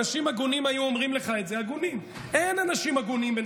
אנשים הגונים היו אומרים לך את זה,